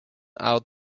out